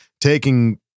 taking